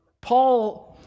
Paul